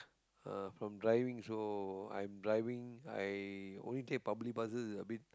uh from driving so I'm driving I only take public buses a bit